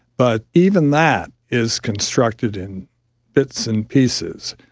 but even that is constructed in bits and pieces.